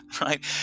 right